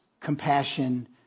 compassion